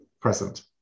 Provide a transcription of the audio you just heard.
present